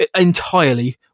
Entirely